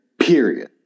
period